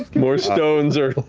more stones are.